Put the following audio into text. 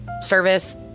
service